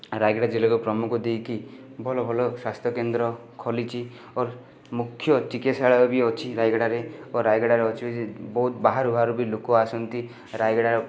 ରାୟଗଡ଼ା ଜିଲ୍ଲାକୁ ପ୍ରମୁଖ ଦେଇକି ଭଲ ଭଲ ସ୍ୱାସ୍ଥ୍ୟକେନ୍ଦ୍ର ଖୋଲିଛି ଓ ମୁଖ୍ୟ ଚିକିତ୍ସାଳୟ ବି ଅଛି ରାୟଗଡ଼ାରେ ଓ ରାୟଗଡ଼ାରେ ଅଛି ବହୁତ ବାହାରୁ ବାହାରୁ ବି ଲୋକ ଆସନ୍ତି ରାୟଗଡ଼ା